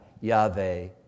Yahweh